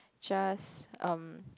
just um